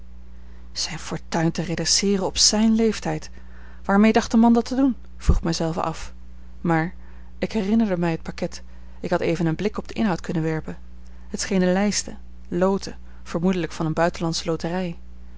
zijne fortuin te redresseeren op zijn leeftijd waarmee dacht de man dat te doen vroeg ik mij zelve af maar ik herinnerde mij het pakket ik had even een blik op den inhoud kunnen werpen het schenen lijsten loten vermoedelijk van eene buitenlandsche loterij